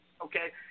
okay